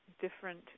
different